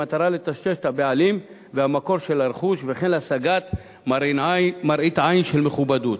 במטרה לטשטש את הבעלים והמקור של הרכוש וכן להשגת מראית עין של מכובדות.